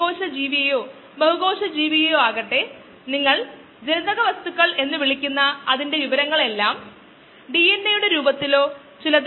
കോശങ്ങളുടെ സാന്ദ്രത അതിവേഗം മാറുന്ന പ്രദേശത്തെ ലോഗ് ഫേസ് എന്ന് വിളിക്കുന്നു കാരണം നമുക്ക് കുറച്ച് കഴിഞ്ഞ് നോക്കാം